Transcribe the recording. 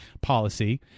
policy